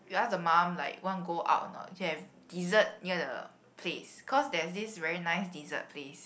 we ask the mum like want go out or not to have dessert near the place cause there's this very nice dessert place